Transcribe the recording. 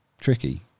tricky